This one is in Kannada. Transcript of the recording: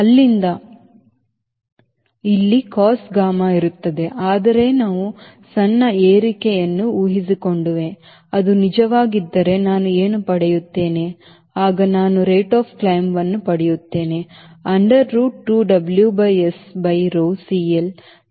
ಆದ್ದರಿಂದ ಇಲ್ಲಿ cos gamma ಇರುತ್ತದೆ ಆದರೆ ನಾವು ಸಣ್ಣ ಏರಿಕೆಯನ್ನು ಊಹಿಸಿಕೊಂಡುವೆ ಅದು ನಿಜವಾಗಿದ್ದರೆ ನಾನು ಏನು ಪಡೆಯುತ್ತೇನೆ ಆಗ ನಾನು rate of climbವನ್ನು ಪಡೆಯುತ್ತೇನೆunder root 2 W by S by rho CL T by W minus 1 by CL by CD